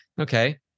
Okay